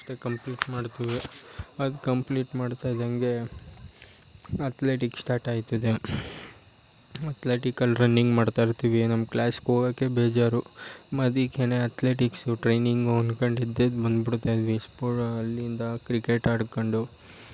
pressures day complete ಮಾಡ್ತೇವೆ ಅದು complete ಮಾಡ್ತಾಯಿದ್ದಂತೆ ಅತ್ಲೆಟಿಕ್ ಸ್ಟಾರ್ಟ್ ಆಯ್ತದೆ ಅತ್ಲೆಟಿಕಲ್ ರನ್ನಿಂಗ್ ಮಾಡ್ತಾಯಿರ್ತೀವಿ ನಮ್ಗೆ ಕ್ಲಾಸ್ಗೆ ಹೋಗೋಕೆ ಬೇಜಾರು ಅದಕ್ಕೆನೆ ಅತ್ಲೆಟಿಕ್ಸು ಟ್ರೈನಿಂಗು ಅಂದ್ಕೊಂಡು ಎದ್ದೆದ್ದು ಬಂದ್ಬಿಡ್ತಾ ಇದ್ವಿ ಸ್ಪೋ ಅಲ್ಲಿಂದ ಕ್ರಿಕೆಟ್ ಆಡ್ಕೊಂಡು